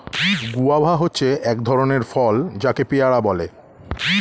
guava হচ্ছে এক ধরণের ফল যাকে পেয়ারা বলে